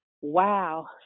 wow